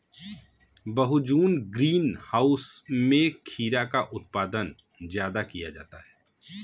बहुभुज green house में खीरा का उत्पादन ज्यादा किया जाता है